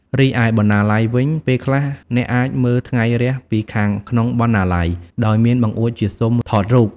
រីឯបណ្ណាល័យវិញ ពេលខ្លះ អ្នកអាចមើលថ្ងៃរះពីខាងក្នុងបណ្ណាល័យ ដោយមានបង្អួចជាស៊ុមថតរូប។